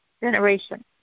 generation